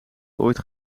ooit